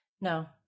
No